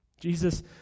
Jesus